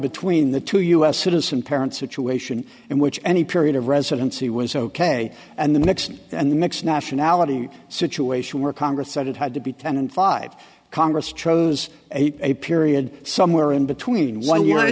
between the two us citizen parents situation in which any period of residency was ok and the nixon and the mix nationality situation where congress said it had to be ten and five congress chose a period somewhere in between one year i